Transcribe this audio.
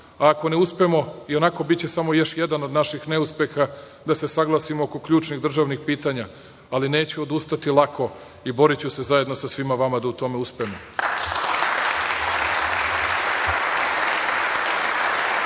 Ako ne uspemo, ionako biće samo još jedan od naših neuspeha da se saglasimo oko ključnih državnih pitanja, ali neću odustati lako i boriću se zajedno sa svima vama da u tome uspemo.„Treba